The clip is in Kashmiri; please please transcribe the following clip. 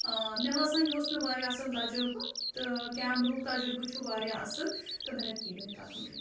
مےٚ باسان یہِ اوس مےٚ واریاہ اَصٕل تجربہٕ تہٕ کیمرہُک تجربہٕ چھُ واریاہ اَصٕل تہٕ بہٕ ہیٚکہٕ یی ؤنِتھ اَتھ مُتعلِق